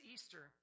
Easter